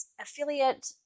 affiliate